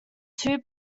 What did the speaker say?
two